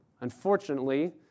unfortunately